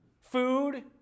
Food